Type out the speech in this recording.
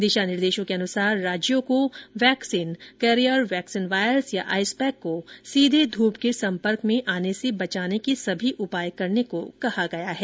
दिशा निर्देश के अनुसार राज्यों को वैक्सीन कैरियर वैक्सीन वायल्स या आइसपैक को सीधे धूप के संपर्क में आने से बचाने के सभी उपाय करने को कहा गया है